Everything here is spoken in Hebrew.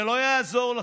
זה לא יעזור לכם,